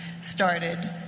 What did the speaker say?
started